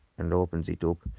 and opens it up,